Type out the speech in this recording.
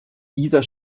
dieser